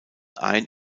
ein